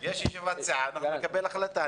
ואנחנו נקבל החלטה.